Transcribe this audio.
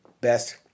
best